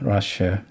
Russia